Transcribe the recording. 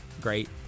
great